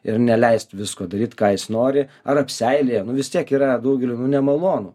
ir neleist visko daryt ką jis nori ar apseilėja nu vis tiek yra daugeliui nu nemalonu